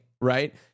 right